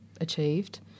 achieved